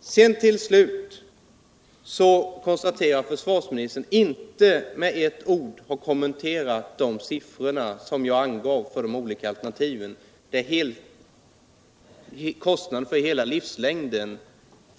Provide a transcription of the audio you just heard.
Slutligen vill jag säga att försvarsministern inte med ett ord kommenterat de silfror jag angav för de olika alternativen. Kostnaden för hela livslängden